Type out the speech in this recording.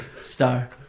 star